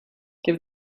give